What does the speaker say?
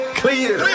clear